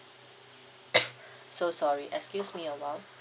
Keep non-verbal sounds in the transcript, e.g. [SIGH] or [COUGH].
[COUGHS] so sorry excuse me a while